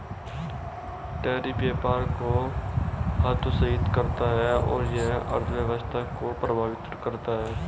tariff व्यापार को हतोत्साहित करता है और यह अर्थव्यवस्था को प्रभावित करता है